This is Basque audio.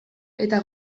eta